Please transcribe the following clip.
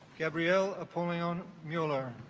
gabrielle appalling on mueller